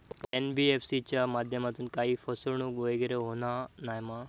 NBFC च्या माध्यमातून काही फसवणूक वगैरे होना नाय मा?